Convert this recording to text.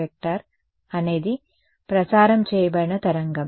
r అనేది ప్రసారం చేయబడిన తరంగం